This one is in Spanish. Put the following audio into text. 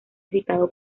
citado